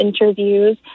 interviews